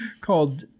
called